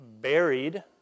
buried